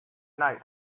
night